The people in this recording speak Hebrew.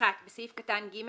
(1)בסעיף קטן (ג),